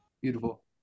Beautiful